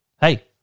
Hey